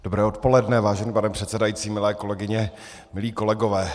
Dobré odpoledne, vážený pane předsedající, milé kolegyně, milí kolegové.